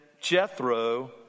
Jethro